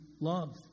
love